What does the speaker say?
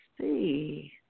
see